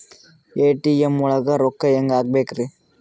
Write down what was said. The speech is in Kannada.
ಎ.ಟಿ.ಎಂ ಒಳಗ್ ರೊಕ್ಕ ಹೆಂಗ್ ಹ್ಹಾಕ್ಬೇಕ್ರಿ?